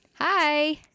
hi